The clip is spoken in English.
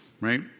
right